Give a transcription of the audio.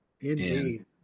Indeed